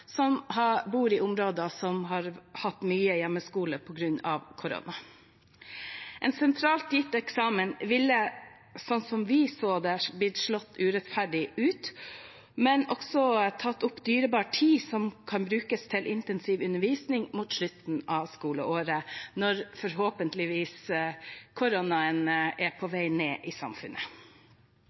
som bor i områder som har hatt mye hjemmeskole på grunn av korona. En sentralt gitt eksamen ville, som vi så det, slått urettferdig ut og også tatt opp dyrebar tid som kan brukes til intensiv undervisning mot slutten av skoleåret, når koronaen forhåpentligvis er på vei ned i samfunnet.